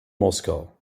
moskau